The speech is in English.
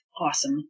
Awesome